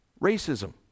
racism